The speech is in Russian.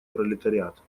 пролетариат